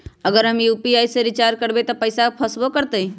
अगर हम यू.पी.आई से रिचार्ज करबै त पैसा फसबो करतई?